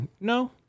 No